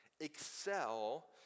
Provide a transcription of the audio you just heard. excel